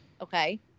Okay